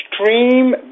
extreme